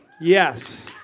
Yes